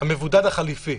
המבודד החליפי.